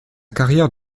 carrière